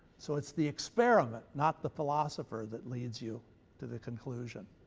so it's the experiment, not the philosopher, that leads you to the conclusion.